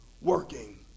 working